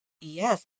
Yes